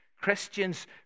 Christians